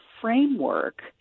framework